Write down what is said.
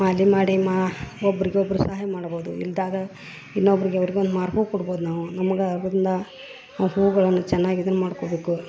ಮಾಲೆ ಮಾಡಿ ಮಾ ಒಬ್ರಿಗೆ ಒಬ್ಬರು ಸಹಾಯ ಮಾಡ್ಬೋದು ಇಲ್ದಾಗ ಇನ್ನೊಬ್ಬರಿಗೆ ಅವ್ರ್ಗ ಒಂದು ಮಾರು ಹೂ ಕೊಡ್ಬೋದ ನಾವು ನಮಗೆ ಒಂದು ಅದರಿಂದ ಆ ಹೂಗಳನ್ನ ಚೆನ್ನಾಗಿ ಇದನ್ನ ಮಾಡ್ಕೋಬೇಕು